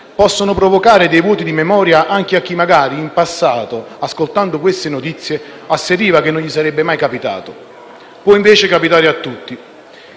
possono provocare dei vuoti di memoria anche a chi magari in passato, ascoltando queste notizie, asseriva che non gli sarebbe mai capitato. Può invece capitare a tutti.